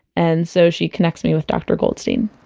and so she connects me with dr. goldstein